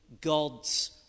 God's